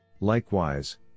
Likewise